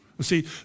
See